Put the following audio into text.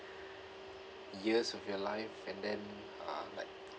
years of your life and then uh like